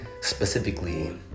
specifically